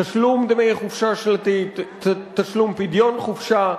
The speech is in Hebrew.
תשלום דמי חופשה שנתית, תשלום פדיון חופשה,